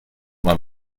man